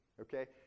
okay